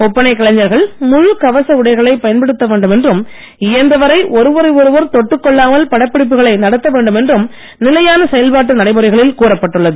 ஒப்பனைக் கலைஞர்கள் முழு கவச உடைகளைப் பயன்படுத்த வேண்டும் என்றும் இயன்றவரை ஒருவரை ஒருவர் தொட்டுக் கொள்ளாமல் படப்பிடிப்புகளை நடத்தவேண்டும் என்றும் நிலையான செயல்பாட்டு நடைமுறைகளில் கூறப்பட்டுள்ளது